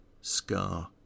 scar